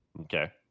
Okay